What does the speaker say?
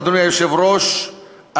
אדוני היושב-ראש,